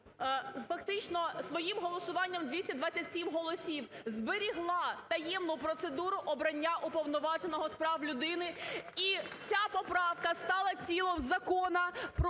фактично своїм голосуванням 227 голосів зберегла таємну процедуру обрання Уповноваженого з прав людини. І ця поправка стала тілом Закону